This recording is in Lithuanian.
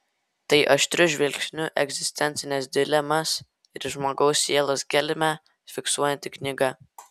tai aštriu žvilgsniu egzistencines dilemas ir žmogaus sielos gelmę fiksuojanti knyga